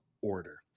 order